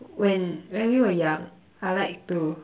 when when we were young I like to